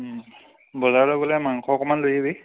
বজাৰলৈ গ'লে মাংস অকণমান লৈ আহিবি